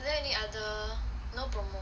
are there any other no promo